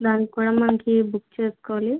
దానికి కూడా మనకి బుక్ చేసుకోవాలి